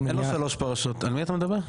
אין לו שלוש פרשות, על מי אתה מדבר?